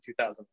2000